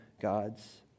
God's